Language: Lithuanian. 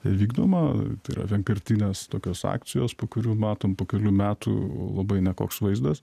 vykdoma yra vienkartinės tokios akcijos po kurių matom po kelių metų labai nekoks vaizdas